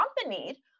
accompanied